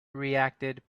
reacted